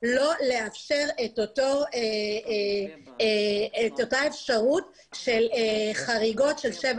לא לאפשר את אותה אפשרות של חריגות של שבע